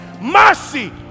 mercy